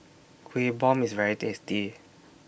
Kuih Bom IS very tasty